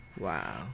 Wow